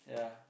yeah